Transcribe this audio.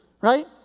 Right